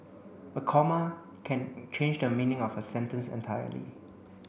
a comma can change the meaning of a sentence entirely